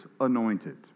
anointed